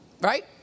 Right